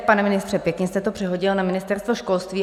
Pane ministře, pěkně jste to přehodil na Ministerstvo školství.